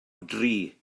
dri